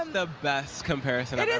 um the best comparison